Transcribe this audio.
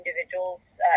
individuals